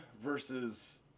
versus